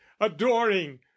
adoring